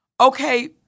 Okay